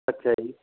ਅੱਛਾ ਜੀ